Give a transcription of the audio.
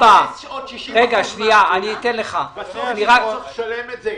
בסוף צריך לשלם את זה.